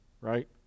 right